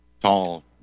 tall